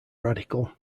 radical